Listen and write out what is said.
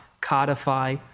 codify